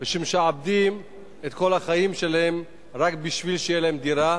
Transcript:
ומשעבדים את כל החיים שלהם רק כדי שתהיה להם דירה.